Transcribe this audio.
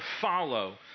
follow